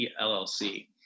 LLC